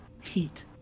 heat